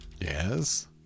Yes